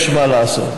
יש מה לעשות.